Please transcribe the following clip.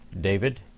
David